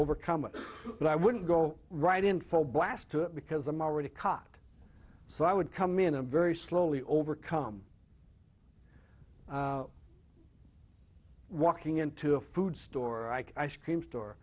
overcome i wouldn't go right in full blast to because i'm already caught so i would come in a very slowly overcome walking into a food store ike ice cream store